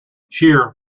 shear